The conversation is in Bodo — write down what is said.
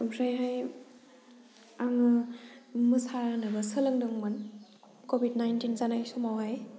ओमफ्रायहाय आङो मोसानोबो सोलोंदोंमोन कभिड नाइन्टिन जानाय समावहाय